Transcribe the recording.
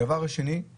הדבר השני הוא